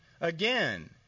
Again